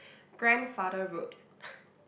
grandfather road